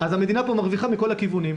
אז המדינה פה מרוויחה מכל הכיוונים.